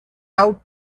out